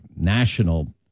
national